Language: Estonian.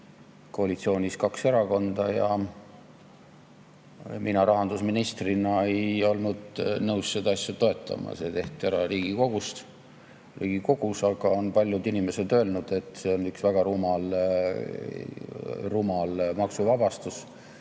koalitsioonis kaks erakonda ja mina rahandusministrina ei olnud nõus seda asja toetama, see tehti ära Riigikogus. Paljud inimesed on öelnud, et see on üks väga rumal maksuvabastus.